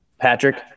Patrick